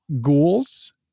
ghouls